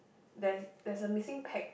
there's there's a missing pack